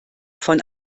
von